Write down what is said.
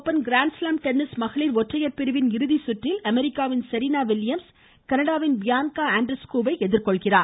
open grand slam tennis மகளிர் ஒற்றையர் பிரிவின் இறுதிச்சுற்றில் அமெரிக்காவின் சொீனா வில்லியம்ஸ் கனடாவின் பியான்கா ஆண்ட்ரஸ்க்கூ வை எதிர்கொள்கிறார்